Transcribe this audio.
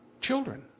Children